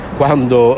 quando